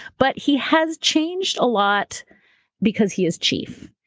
but he has changed a lot because he is chief,